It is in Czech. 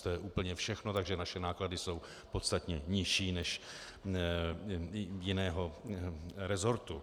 To je úplně všechno, takže naše náklady jsou podstatně nižší než jiného resortu.